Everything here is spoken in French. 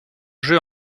jeu